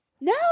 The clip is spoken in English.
No